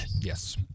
Yes